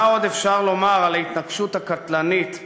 מה עוד אפשר לומר על ההתנקשות הקטלנית בו,